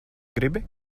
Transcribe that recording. gribi